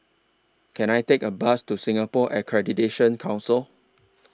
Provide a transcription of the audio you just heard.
Can I Take A Bus to Singapore Accreditation Council